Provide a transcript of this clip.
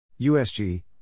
USG